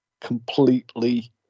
completely